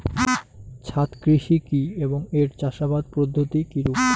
ছাদ কৃষি কী এবং এর চাষাবাদ পদ্ধতি কিরূপ?